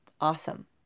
awesome